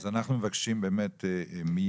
אז אנחנו מבקשים מיד,